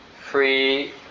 free